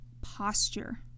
posture